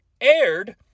aired